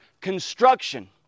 construction